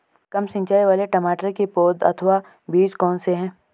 कम सिंचाई वाले टमाटर की पौध अथवा बीज कौन से हैं?